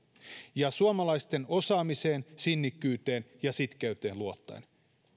ja suomalaisten osaamiseen sinnikkyyteen ja sitkeyteen luottaen